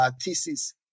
thesis